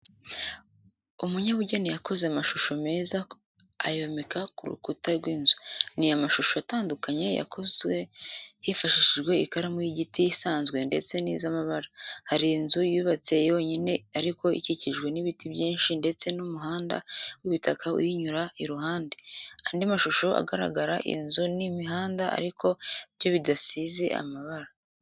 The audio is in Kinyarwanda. Umunyabugeni yakoze amashusho meza ayomeka ku rukuta rw'inzu, ni amashusho atandukanye yakozwe hifashishijwe ikaramu y'igiti isanzwe ndetse n'iz'amabara, hari inzu yubatse yonyine ariko ikikijwe n'ibiti byinshi ndetse n'umuhanda w'ibitaka uyinyura iruhande. Andi mashusho agaragaza inzu n'imihanda ariko byo bidasize amabara.